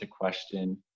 question